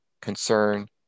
concern